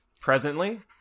Presently